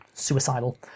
suicidal